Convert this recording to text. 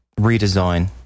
redesign